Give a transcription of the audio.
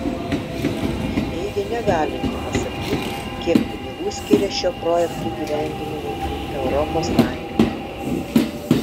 ji teigė negalinti pasakyti kiek pinigų skiria šio projekto įgyvendinimui europos sąjunga